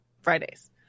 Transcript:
Fridays